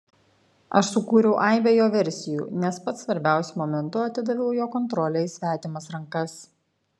aš sukūriau aibę jo versijų nes pats svarbiausiu momentu atidaviau jo kontrolę į svetimas rankas